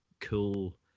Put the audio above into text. cool